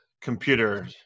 computer